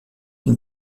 une